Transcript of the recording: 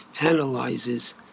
analyzes